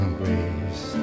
grace